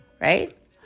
right